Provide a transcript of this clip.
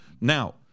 Now